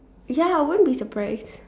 ya I won't be surprised